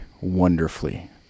wonderfully